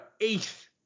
eighth